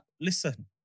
listen